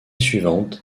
suivante